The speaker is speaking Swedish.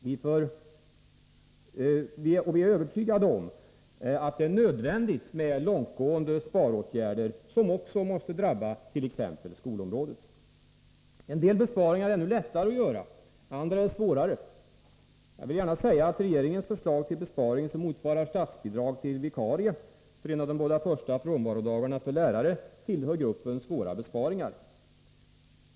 Vi är övertygade om att det är nödvändigt med långtgående sparåtgärder som också måste drabba t.ex. skolområdet. En del besparingar är lättare att göra, andra är svårare. Jag vill gärna säga att regeringens förslag till besparing som motsvarar statsbidrag till vikarie för en av de båda första frånvarodagarna för lärare tillhör gruppen svåra besparingar.